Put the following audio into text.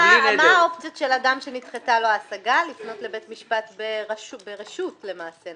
מה האופציות של אדם שנדחתה לו ההשגה לפנות לבית משפט ברשות למעשה,